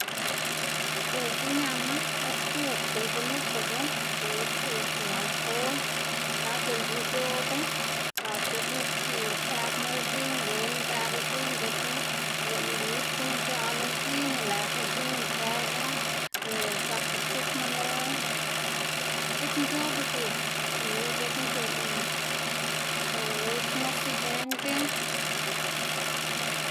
diꞌltse ñama or xc̲h̲ug diꞌltse nupugu gunu xkiꞌn tsu alcohol ya diꞌltse nc̲h̲oꞌbu ga dzekna xkiꞌn këꞌbma ldzin wen idëꞌb ldzin dzekna lëꞌ nis guꞌn ic̲h̲aꞌ lo ldzin lëꞌkga ldzin ikëga o zak itsuꞌkma lo diꞌt diꞌt nc̲h̲oꞌb uc̲h̲ug gunu dzekna c̲h̲uꞌnn loꞌwu xnuse igën c̲h̲en.